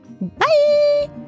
Bye